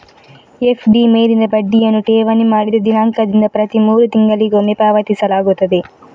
FD ಮೇಲಿನ ಬಡ್ಡಿಯನ್ನು ಠೇವಣಿ ಮಾಡಿದ ದಿನಾಂಕದಿಂದ ಪ್ರತಿ ಮೂರು ತಿಂಗಳಿಗೊಮ್ಮೆ ಪಾವತಿಸಲಾಗುತ್ತದೆ